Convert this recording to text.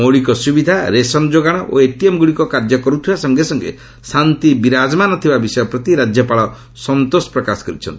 ମୌଳିକ ସୁବିଧା ରେସନ୍ ଯୋଗାଣ ଓ ଏଟିଏମ୍ଗୁଡ଼ିକ କାର୍ଯ୍ୟ କରୁଥିବା ସଙ୍ଗେ ସଙ୍ଗେ ଶାନ୍ତି ବିରାଜମାନ ଥିବା ବିଷୟ ପ୍ରତି ରାଜ୍ୟପାଳ ସନ୍ତୋଷ ପ୍ରକାଶ କରିଛନ୍ତି